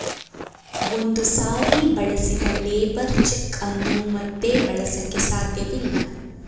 ಒಂದು ಸಾರಿ ಬಳಸಿದ ಲೇಬರ್ ಚೆಕ್ ಅನ್ನು ಮತ್ತೆ ಬಳಸಕೆ ಸಾಧ್ಯವಿಲ್ಲ